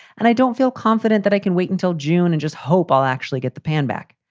and i don't feel confident that i can wait until june and just hope i'll actually get the pan back.